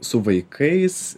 su vaikais